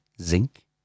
zinc